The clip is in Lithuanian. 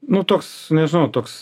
nu toks nežinau toks